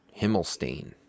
Himmelstein